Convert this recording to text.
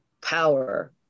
power